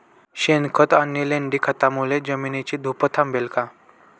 शेणखत आणि लेंडी खतांमुळे जमिनीची धूप थांबेल का?